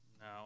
No